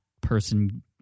person